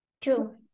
True